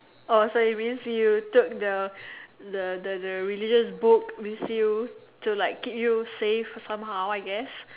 oh so it means you took the the the religious book with you to like keep you safe some how I guess